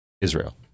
Israel